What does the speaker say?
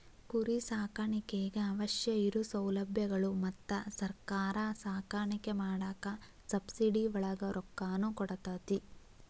ಕುರಿ ಸಾಕಾಣಿಕೆಗೆ ಅವಶ್ಯ ಇರು ಸೌಲಬ್ಯಗಳು ಮತ್ತ ಸರ್ಕಾರಾ ಸಾಕಾಣಿಕೆ ಮಾಡಾಕ ಸಬ್ಸಿಡಿ ಒಳಗ ರೊಕ್ಕಾನು ಕೊಡತತಿ